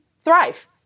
thrive